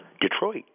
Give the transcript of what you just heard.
Detroit